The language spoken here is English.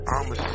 I'ma